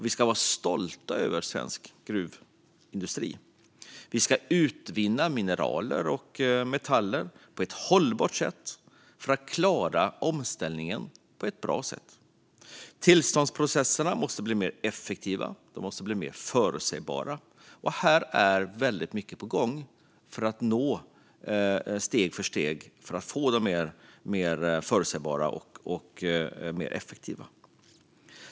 Vi ska vara stolta över svensk gruvindustri. Vi ska utvinna mineral och metaller på ett hållbart sätt för att klara omställningen på ett bra sätt. Tillståndsprocesserna måste bli mer effektiva och mer förutsägbara. Här är väldigt mycket på gång för att steg för steg få dem mer förutsägbara och mer effektiva.